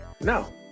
No